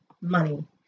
money